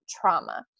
trauma